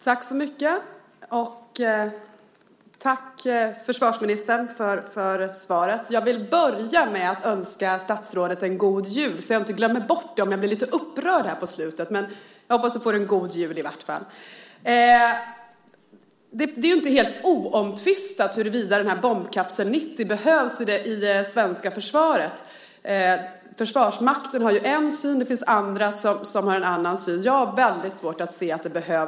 Fru talman! Tack, försvarsministern, för svaret. För att inte glömma bort det om jag skulle bli lite upprörd vill jag börja med att önska försvarsministern en god jul. Det är inte helt oomtvistat huruvida bombkapsel 90 behövs i det svenska försvaret eller inte. Försvarsmakten har en syn. Det finns andra som har en annan syn.